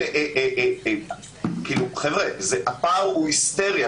הפער הוא היסטרי.